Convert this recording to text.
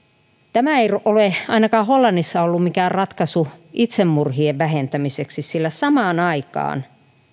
tämä ei ole ainakaan hollannissa ollut mikään ratkaisu itsemurhien vähentämiseksi sillä samaan aikaan